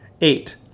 eight